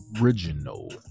original